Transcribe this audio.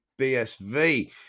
BSV